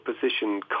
position